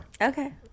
Okay